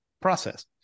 process